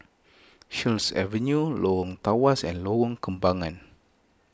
Sheares Avenue Lorong Tawas and Lorong Kembangan